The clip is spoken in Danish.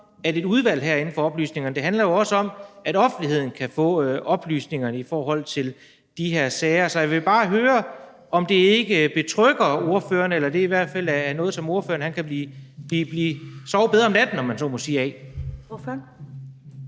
at et udvalg herinde får oplysningerne; det handler jo også om, at offentligheden kan få oplysningerne om de her sager. Så jeg vil bare høre, om det ikke betrygger ordføreren, eller om det i hvert fald ikke er noget, som kan få ordføreren til at sove bedre om natten. Kl. 15:03 Første næstformand